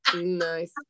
Nice